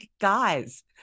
guys